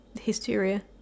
hysteria